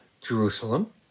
Jerusalem